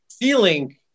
feeling